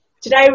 Today